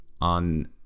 on